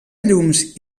llums